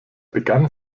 begann